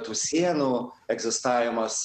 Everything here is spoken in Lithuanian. tų sienų egzistavimas